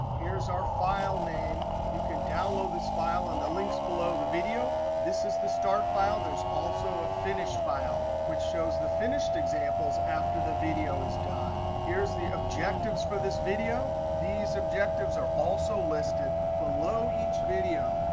here's our file name. you can download this file on the links below the video. this is the start file. there's also a finished file which shows the finished examples after the video is done. here's the objectives for this video. these objectives are also listed below each video.